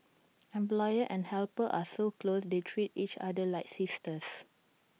employer and helper are so close they treat each other like sisters